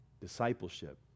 discipleship